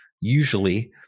Usually